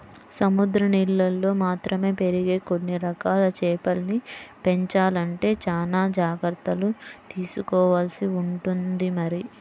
సముద్రం నీళ్ళల్లో మాత్రమే పెరిగే కొన్ని రకాల చేపల్ని పెంచాలంటే చానా జాగర్తలు తీసుకోవాల్సి ఉంటుంది మరి